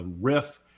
riff